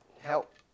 help